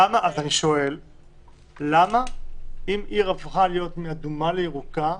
אם עיר הפכה מעיר אדומה לעיר ירוקה,